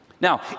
Now